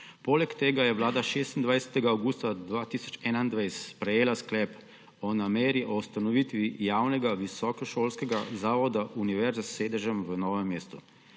Poleg tega je vlada 26. avgusta 2021 sprejela sklep o nameri o ustanovitvi javnega visokošolskega zavoda univerze s sedežem v Novem mestu,